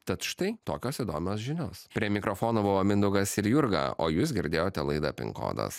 tad štai tokios įdomios žinios prie mikrofono buvo mindaugas ir jurga o jūs girdėjote laidą pin kodas